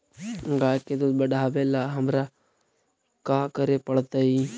गाय के दुध बढ़ावेला हमरा का करे पड़तई?